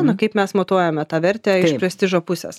nu kaip mes matuojame tą vertę iš prestižo pusės